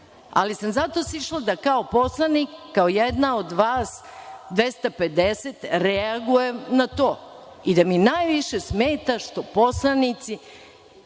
Ali sam zato sišla da kao poslanik, kao jedna od vas 250, reagujem na to i da mi najviše smeta što poslanici